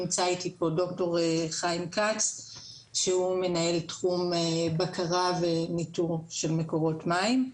נמצא איתי פה ד"ר חיים כץ שהוא מנהל תחום בקרה וניטור של מקורות מים.